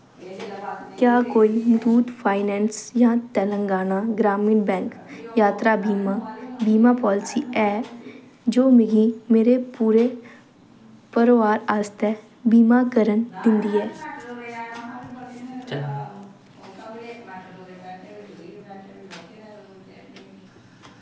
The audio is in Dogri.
क्या कोई मुथूट फाइनैंस जां तेलंगाना ग्रामीण बैंक यात्रा बीमा बीमा पालसी है जो मिगी मेरे पूरे परोआर आस्तै बीमा करन दिंदी ऐ